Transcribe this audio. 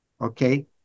Okay